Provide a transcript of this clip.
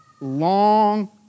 long